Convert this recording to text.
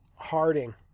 Harding